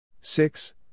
Six